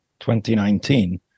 2019